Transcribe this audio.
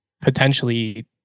potentially